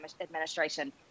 administration